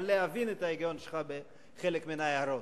אבל להבין את ההיגיון שלך בחלק מן ההערות.